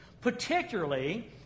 Particularly